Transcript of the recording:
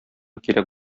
кирәк